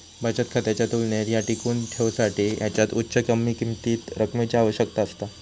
बचत खात्याच्या तुलनेत ह्या टिकवुन ठेवसाठी ह्याच्यात उच्च कमीतकमी रकमेची आवश्यकता असता